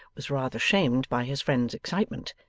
was rather shamed by his friend's excitement,